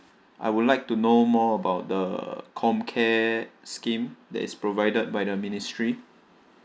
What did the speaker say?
I would like to know more about the comcare scheme that is provided by the ministry